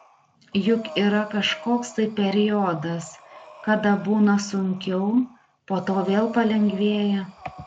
juk yra kažkoks tai periodas kada būna sunkiau po to vėl palengvėja